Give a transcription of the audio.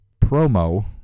promo